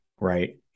right